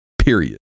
period